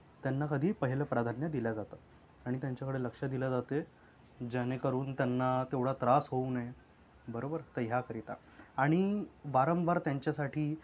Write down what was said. त्यांना कधीही पहिलं प्राधान्य दिलं जातं आणि त्यांच्याकडे लक्ष दिले जाते जेणेकरून त्यांना तेवढा त्रास होऊ नये बरोबर तर ह्याकरिता आणि वारंवार त्यांच्यासाठी